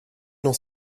dans